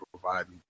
providing